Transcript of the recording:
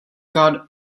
got